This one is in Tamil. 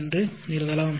என்று எழுதலாம்